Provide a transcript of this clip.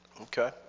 okay